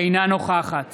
אינה נוכחת